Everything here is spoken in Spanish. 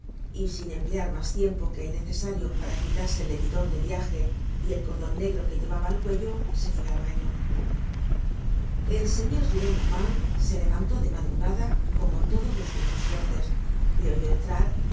y sin emplear mas tiempo que el necesario para quitarse el leviton de viaje y el cordon negro que llevaba al cuello se fué al baño content from google book search generated at el señor gillenormand se levantó de madrugada como todos los viejos fuertes le oyó entrar